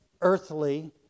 earthly